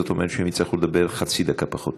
זאת אומרת שהם יצטרכו לדבר חצי דקה פחות.